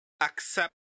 accept